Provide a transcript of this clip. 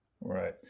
Right